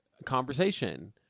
Conversation